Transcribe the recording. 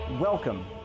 Welcome